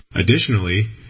Additionally